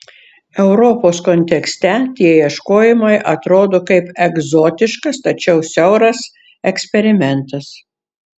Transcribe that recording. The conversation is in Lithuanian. europos kontekste tie ieškojimai atrodo kaip egzotiškas tačiau siauras eksperimentas